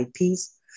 IPs